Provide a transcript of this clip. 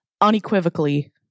unequivocally